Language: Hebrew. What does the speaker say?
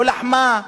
לא לחמה?